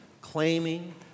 claiming